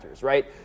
right